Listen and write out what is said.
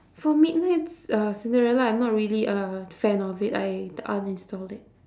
for midnight-c~ uh cinderella I'm not really a fan of it I uninstalled it